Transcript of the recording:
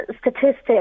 statistics